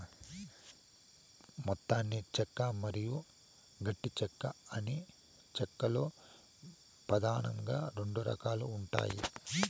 మెత్తని చెక్క మరియు గట్టి చెక్క అని చెక్క లో పదానంగా రెండు రకాలు ఉంటాయి